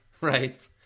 Right